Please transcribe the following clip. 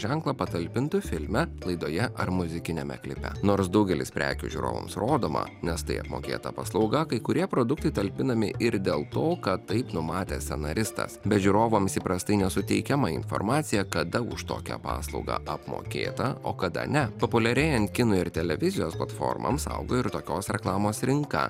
ženklą patalpintų filme laidoje ar muzikiniame klipe nors daugelis prekių žiūrovams rodoma nes tai apmokėta paslauga kai kurie produktai talpinami ir dėl to kad taip numatė scenaristas bet žiūrovams įprastai nesuteikiama informacija kada už tokią paslaugą apmokėta o kada ne populiarėjant kino ir televizijos platformoms auga ir tokios reklamos rinka